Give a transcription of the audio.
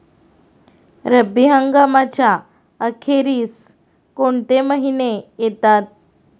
रब्बी हंगामाच्या अखेरीस कोणते महिने येतात?